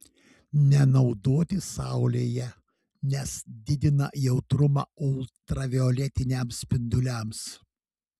nenaudoti saulėje nes didina jautrumą ultravioletiniams spinduliams